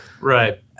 Right